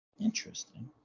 Interesting